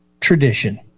tradition